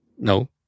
No